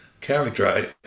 character